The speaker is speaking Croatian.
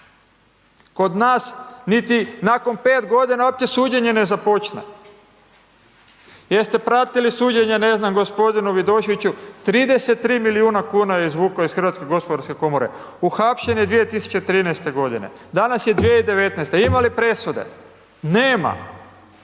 Kod nas, niti nakon 5 g. uopće suđenje ne započne. Jeste pratili suđenje ne znam gospodinu Vidoševiću, 33 milijuna kuna je izvukao iz HGK, uhapšen je 2013. g. danas je 2019. ima li presude? Nema.